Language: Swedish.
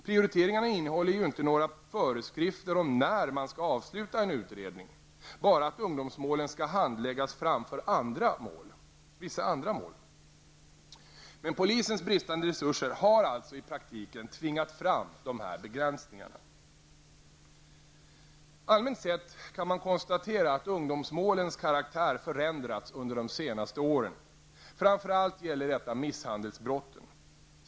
Prioriteringarna innehåller ju inte några föreskrifter om när man skall avsluta en utredning, bara att ungdomsmålen skall handläggas framför vissa andra mål. Men polisens bristande resurser har alltså i praktiken tvingat fram dessa begränsningar. Allmänt sett kan man konstatera att ungdomsmålens karaktär förändrats under de senaste åren. Framför allt gäller detta misshandelsbrott.